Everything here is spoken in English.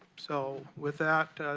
so with that,